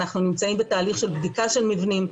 אנחנו נמצאים בתהליך של בדיקה של מבנים.